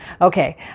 okay